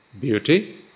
beauty